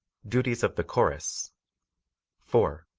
duties of the chorus four.